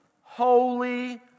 holy